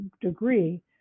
degree